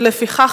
לפיכך,